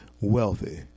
wealthy